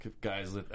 guys